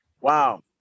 Wow